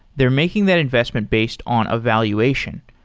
they're making that investment based on a valuation.